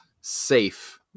safe